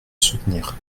soutenir